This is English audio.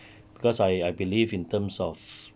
cause I I believe in terms of